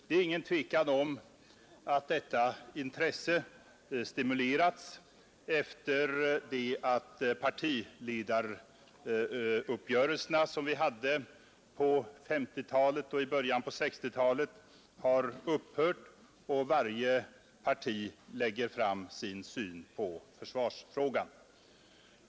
Det är ingen tvekan om att detta intresse stimulerats efter det att partiledaruppgörelserna, som vi hade på 1950-talet och i början på 1960-talet, har upphört och varje parti lägger fram sin syn på försvarsfrågan.